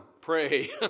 Pray